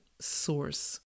source